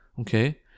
okay